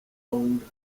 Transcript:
long